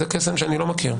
זה קסם שאני לא מכיר.